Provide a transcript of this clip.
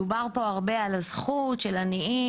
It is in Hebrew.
דובר פה הרבה על הזכות של עניים,